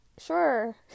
sure